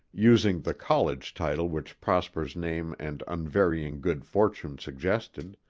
using the college title which prosper's name and unvarying good fortune suggested,